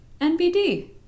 NBD